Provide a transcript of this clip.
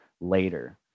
later